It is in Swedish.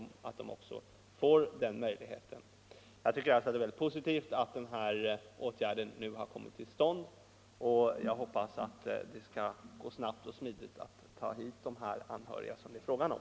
Jag tycker i alla händelser att det är mycket positivt att den nu beslutade åtgärden vidtas, och jag hoppas att det skall gå snabbt och smidigt att ta hit de anhöriga som det är fråga om.